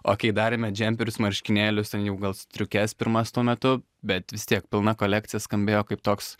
o kai darėme džemperius marškinėlius ten jau gal striukes pirmas tuo metu bet vis tiek pilna kolekcija skambėjo kaip toks